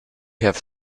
have